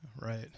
Right